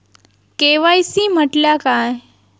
KYC म्हटल्या काय?